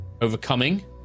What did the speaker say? overcoming